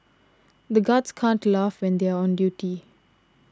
the guards can't to laugh when they are on duty